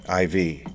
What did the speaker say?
IV